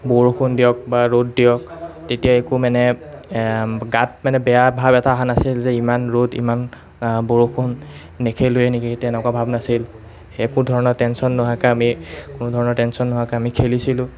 বৰষুণ দিয়ক বা ৰ'দ দিয়ক তেতিয়া একো মানে গাত মানে বেয়া ভাৱ এটা অহা নাছিল যে ইমান ৰ'দ ইমান বৰষুণ নেখেলোঁৱে নেকি তেনেকুৱা ভাৱ নাছিল একো ধৰণৰ টেনচন নোহোৱাকৈ আমি কোনো ধৰণৰ টেনচন নোহোৱাকৈ আমি খেলিছিলোঁ